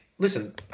Listen